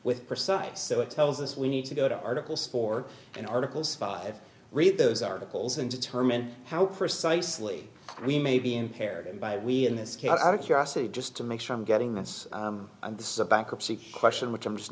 with percentage so it tells us we need to go to articles for an articles five read those articles and determine how precisely we may be impaired by we in this case out of curiosity just to make sure i'm getting this and this is a bankruptcy question which i'm just